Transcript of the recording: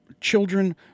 children